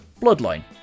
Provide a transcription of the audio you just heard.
Bloodline